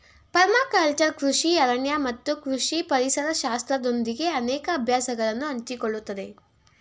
permaculture ಕೃಷಿ ಅರಣ್ಯ ಮತ್ತು ಕೃಷಿ ಪರಿಸರ ಶಾಸ್ತ್ರದೊಂದಿಗೆ ಅನೇಕ ಅಭ್ಯಾಸಗಳನ್ನು ಹಂಚಿಕೊಳ್ಳುತ್ತದೆ